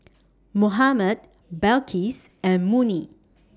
Muhammad Balqis and Murni